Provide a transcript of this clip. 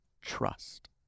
trust